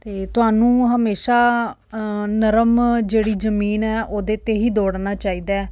ਅਤੇ ਤੁਹਾਨੂੰ ਹਮੇਸ਼ਾ ਨਰਮ ਜਿਹੜੀ ਜ਼ਮੀਨ ਹੈ ਉਹਦੇ 'ਤੇ ਹੀ ਦੌੜਨਾ ਚਾਹੀਦਾ